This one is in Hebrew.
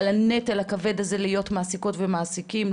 על הנטל הכבד הזה להיות מעסיקות ומעסיקים,